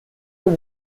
have